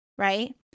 right